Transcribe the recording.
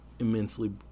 immensely